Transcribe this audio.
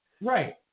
Right